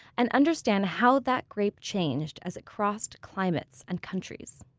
and understand how that grape changed as it crossed climates and countries.